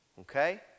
Okay